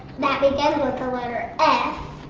that begins with the letter f,